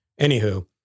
anywho